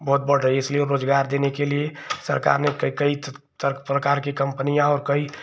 बढ़ रही है इसलिए रोज़गार देने के लिए सरकार ने कई कई प्रकार की कम्पनियाँ और कई